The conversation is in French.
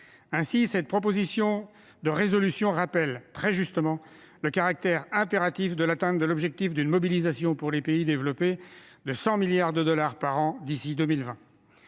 Ainsi, cette proposition de résolution rappelle très justement le « caractère impératif de l'atteinte de l'objectif d'une mobilisation par les pays développés de 100 milliards de dollars par an d'ici 2020